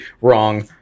wrong